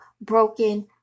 broken